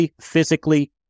physically